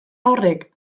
horrek